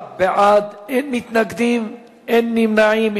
13 בעד, אין מתנגדים, אין נמנעים.